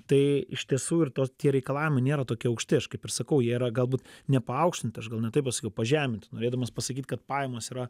tai iš tiesų ir tos tie reikalavimai nėra tokie aukšti aš kaip ir sakau jie yra galbūt nepaaukštinti aš gal ne taip pasakiau pažeminti norėdamas pasakyt kad pajamos yra